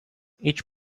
each